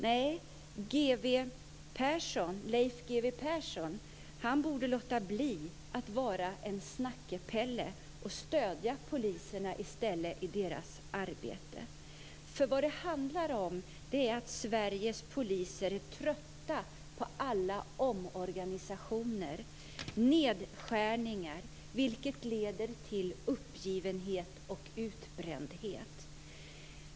Nej, Leif G W Persson borde låta bli att vara en "snacke-Pelle" och i stället stödja poliserna i deras arbete, för vad det handlar om är att Sveriges poliser är trötta på alla omorganisationer och nedskärningar som leder till uppgivenhet och utbrändhet.